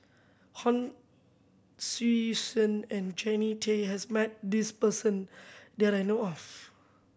Hon Sui Sen and Jannie Tay has met this person that I know of